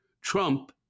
Trump